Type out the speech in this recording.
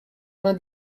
vingt